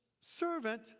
servant